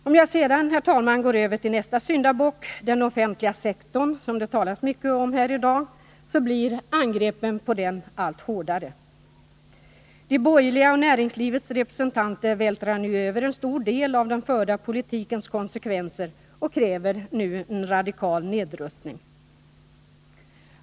Om jag sedan går över till nästa syndabock, nämligen den offentliga sektorn, som det talats mycket om här i dag, så vill jag säga att angreppen på den blir allt hårdare. De borgerliga och näringslivets representanter vältrar nu över en stor del av den förda politikens konsekvenser på denna sektor och kräver en radikal nedrustning.